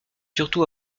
surtout